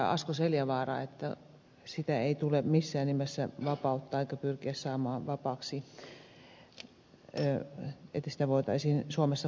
asko seljavaara että sitä ei tule missään nimessä vapauttaa eikä pyrkiä saamaan vapaaksi niin että sitä voitaisiin suomessa kaupitella